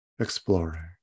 exploring